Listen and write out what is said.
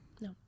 No